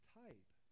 type